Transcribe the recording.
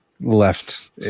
left